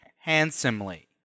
handsomely